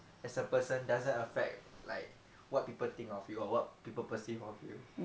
as a person doesn't affect like what people think of you or what people perceive of you